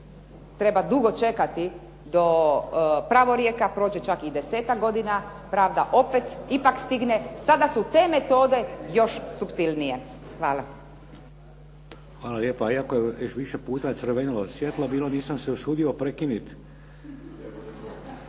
treba dugo čekati do pravorijeka, prođe čak i desetak godina, pravda ipak stigne. Sada su te metode još suptilnije. Hvala. **Šeks, Vladimir (HDZ)** Hvala lijepo, iako je već više puta crvenilo svjetlo, nisam se usudio prekinuti.